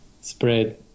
spread